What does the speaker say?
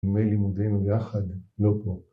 ימי לימודינו יחד, לא פה.